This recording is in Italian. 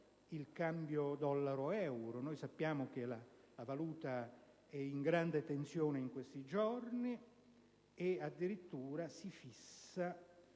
il cambio dollaro-euro. Noi sappiamo che la valuta è in grande tensione in questi giorni e addirittura si fissa